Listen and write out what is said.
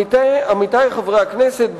עמיתי חברי הכנסת,